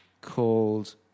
called